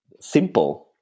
simple